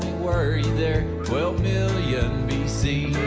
were you there twelve million b c?